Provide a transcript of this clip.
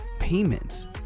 payments